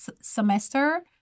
semester